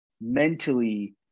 mentally